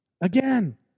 Again